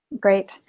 Great